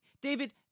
David